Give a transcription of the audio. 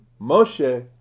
Moshe